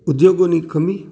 ઉદ્યોગોની કમી